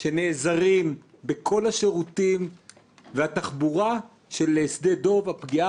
שנעזרים בכל השירותים והתחבורה של שדה דב.